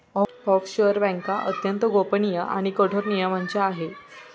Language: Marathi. ऑफशोअर बँका अत्यंत गोपनीय आणि कठोर नियमांच्या आहे